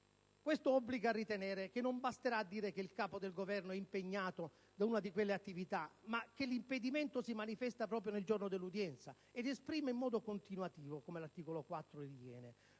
Questo obbliga a ritenere che non basterà dire che il Capo del Governo è impegnato da una di quelle attività, ma che l'impedimento si manifesta proprio nel giorno dell'udienza, e si esprime «in modo continuativo» (come si legge